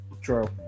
true